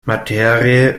materie